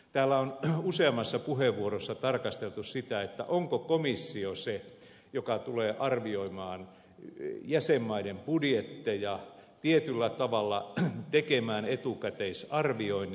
täällä on useammassa puheenvuorossa tarkasteltu sitä onko komissio se joka tulee arvioimaan jäsenmaiden budjetteja tietyllä tavalla tekemään etukäteisarvioinnin